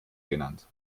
genannt